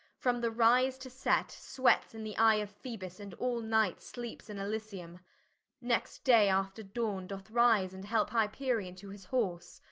from the rise to set, sweates in the eye of phebus and all night sleepes in elizium next day after dawne, doth rise and helpe hiperio n to his horse,